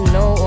no